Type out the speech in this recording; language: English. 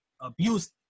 abuse